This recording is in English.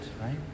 right